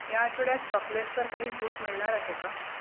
या आठवड्यात चॉकलेट्सवर काही सूट मिळणार आहे का